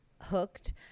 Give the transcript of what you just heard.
hooked